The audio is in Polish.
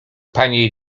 panie